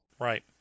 Right